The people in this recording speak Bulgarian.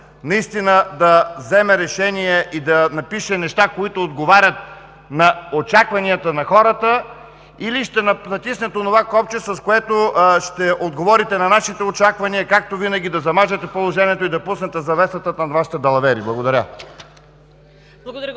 наистина да вземе решение и да напише неща, които отговарят на очакванията на хората, или ще натиснете онова копче, с което ще отговорите на нашите очаквания – както винаги да замажете положението и да пуснете завесата над Вашите далавери. Благодаря.